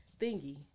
thingy